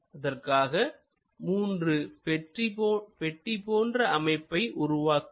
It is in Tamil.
அதற்காக மூன்று பெட்டி போன்ற அமைப்பை உருவாக்குங்கள்